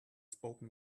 spoken